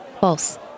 false